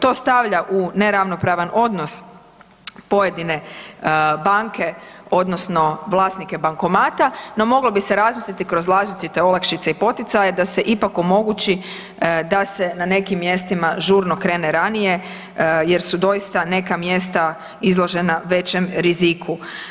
To stavlja u neravnopravan odnos pojedine banke odnosno vlasnike bankomata no moglo bi se razmisliti kroz različite olakšice i poticaje da se ipak omogući da se na nekim mjestima žurno krene ranije jer su doista neka mjesta izložena većem riziku.